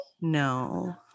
No